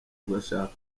ugashaka